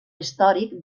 històric